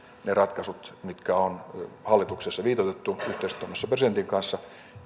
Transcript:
ne ratkaisut mitkä on hallituksessa viitoitettu yhteistoiminnassa presidentin kanssa